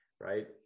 Right